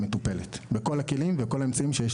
מטופלת בכל הכלים ובכל האמצעים שיש